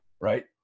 Right